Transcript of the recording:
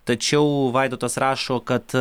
tačiau vaidotas rašo kad